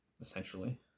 essentially